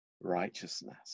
righteousness